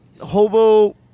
Hobo